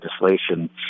legislation